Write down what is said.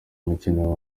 mukino